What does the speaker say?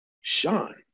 Sean